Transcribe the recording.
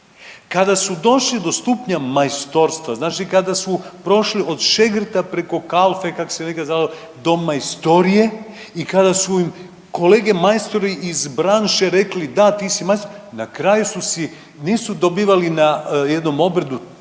kada su došli do stupnja majstorstva, znači kada su prošli od šegrta preko kalfe kako se nekad zvalo do majstorije i kada su im kolege majstori iz branše rekli da ti si majstor, na kraju su si, nisu dobivali na jednom obredu tu